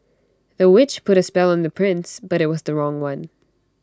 the witch put A spell on the prince but IT was the wrong one